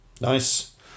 nice